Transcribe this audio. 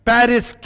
Paris